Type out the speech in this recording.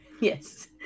yes